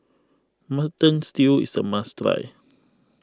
Mutton Stew is a must try